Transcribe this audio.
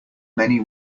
many